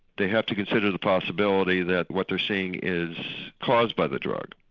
they have to consider the possibility that what they are seeing is caused by the drug.